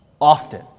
Often